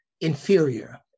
inferior